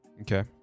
Okay